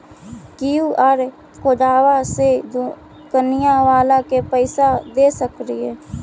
QR कोडबा से दुकनिया बाला के पैसा दे सक्रिय?